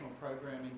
programming